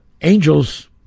angels